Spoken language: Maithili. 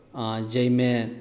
आ जाहिमे